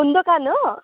phone दोकान हो